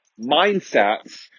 mindsets